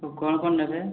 ହଁ କ'ଣ କ'ଣ ନେବେ